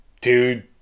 dude